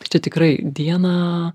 tai čia tikrai dieną